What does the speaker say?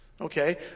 Okay